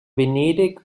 venedig